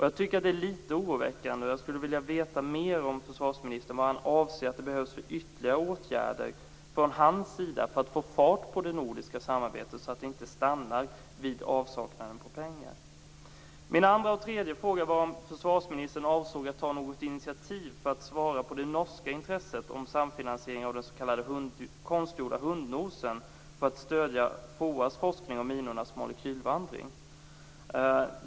Jag tycker att det är lite oroväckande, och jag skulle vilja veta mer om vilka ytterligare åtgärder försvarsministern anser att det behövs från hans sida för att få fart på det nordiska samarbetet så att det inte stannar vid avsaknaden av pengar. Mina andra och tredje frågor gällde om försvarsministern avser att ta något initiativ för att svara på det norska intresset om samfinansiering av den s.k. konstgjorda hundnosen och för att stödja FOA:s forskning om minornas molekylvandring.